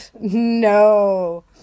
No